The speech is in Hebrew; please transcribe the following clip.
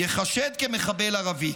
ייחשד כמחבל ערבי,